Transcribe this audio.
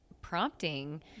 prompting